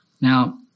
Now